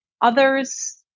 Others